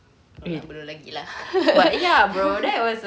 no lah belum lagi lah